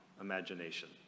imagination